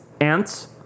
Ants